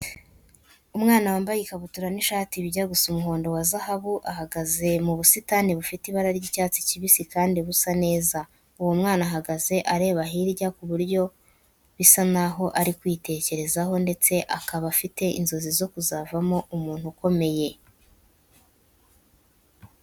Umwana wambaye ikabutura n'ishati bijya gusa umuhondo wa zahabu ahagaze mu busitani bufite ibara ry'icyatsi kibisi kandi busa neza. Uwo mwana ahagaze areba hirya ku buryo bisa n'aho ari kwitekerezaho ndetse akaba afite inzozi zo kuzavamo umuntu ukomeye.